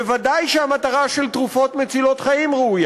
ודאי שהמטרה של תרופות מצילות חיים ראויה